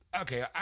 okay